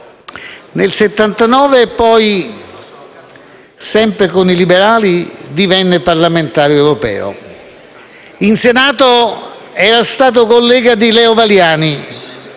Nel 1979 poi, sempre con i liberali, divenne parlamentare europeo. In Senato era stato collega di Leo Valiani,